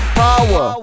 power